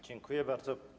Dziękuję bardzo.